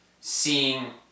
seeing